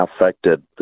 affected